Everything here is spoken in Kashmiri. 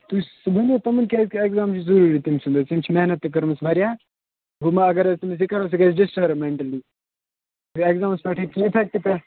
تُہۍ سَمجٲیِو تِمن کیٛازکہِ ایٚکزام چھُ ضروٗری تٔمۍ سُنٛد حظ تٔمۍ چھِ محنَت تہِ کٔرمٕژ واریاہ وۅنۍ ما اگر أسۍ تٔمِس یہِ کَرو سۄ گَژھِ ڈِسٹٕرٕب میٚنٛٹٕلی بیٚیہِ ایٚکزامَس پٮ۪ٹھٕے کیٚنٛہہ